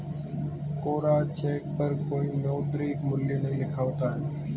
कोरा cheque पर कोई मौद्रिक मूल्य नहीं लिखा होता है